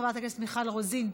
חברת הכנסת מיכל רוזין,